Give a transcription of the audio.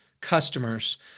customers